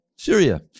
Syria